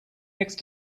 next